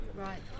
Right